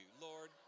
Lord